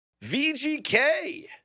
VGK